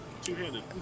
two-handed